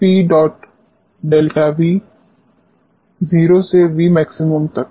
P ∆VTHg Cosδ 0 से Vmax तक